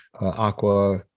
aqua